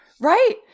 Right